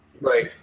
Right